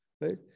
right